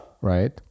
right